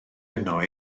yno